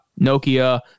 Nokia